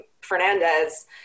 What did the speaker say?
Fernandez